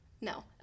No